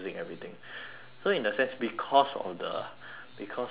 so in a sense because of the because of the